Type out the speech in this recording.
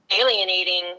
alienating